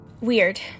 Weird